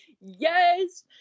yes